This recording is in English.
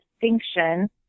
distinction